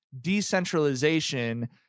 decentralization